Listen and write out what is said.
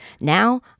Now